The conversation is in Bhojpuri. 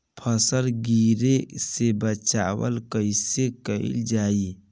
फसल गिरे से बचावा कैईसे कईल जाई?